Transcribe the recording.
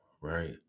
right